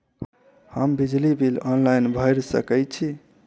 हम बिजली bill online भैर सकै छी?